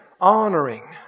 Honoring